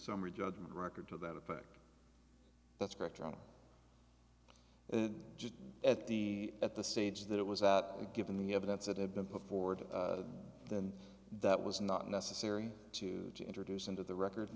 summary judgment record to that effect that's correct and just at the at the stage that it was that given the evidence that had been put forward then that was not necessary to introduce into the record